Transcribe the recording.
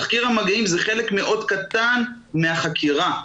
תחקיר המגעים הוא חלק קטן מאוד מן החקירה.